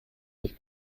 sich